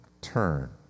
turn